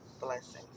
Blessings